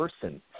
person